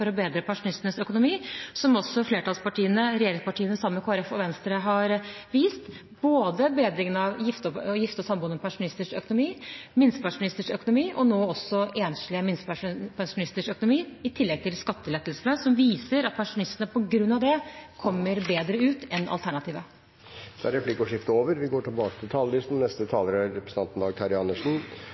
å bedre pensjonistenes økonomi, som også flertallspartiene, regjeringspartiene sammen med Kristelig Folkeparti og Venstre, har vist, både bedringen av gifte og samboende pensjonisters økonomi, minstepensjonisters økonomi og nå også enslige minstepensjonisters økonomi, i tillegg til skattelettelsene – som viser at pensjonistene på grunn av det kommer bedre ut enn alternativet. Replikkordskiftet er dermed over. Det er første gangen vi har en sånn sak til